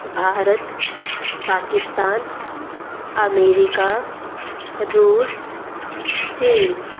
Bharat Pakistan America रूस चीन